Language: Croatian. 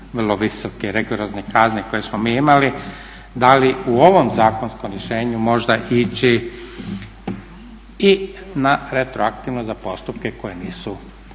vrlo visoke rigorozne kazne koje smo mi imali, da li u ovom zakonskom rješenju možda ići i na retroaktivno za postupke koji nisu okončani.